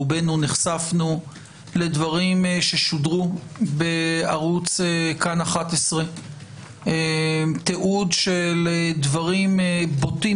רובנו נחשפנו לדברים ששודרו בערוץ כאן 11. תיעוד של דברים בוטים